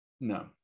No